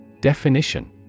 Definition